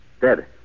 Dead